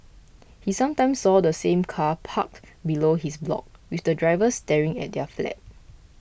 he sometimes saw the same car parked below his block with the driver staring at their flat